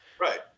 Right